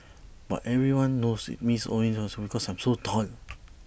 but everyone knows it's me all in these way because I'm so tall